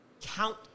count